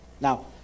Now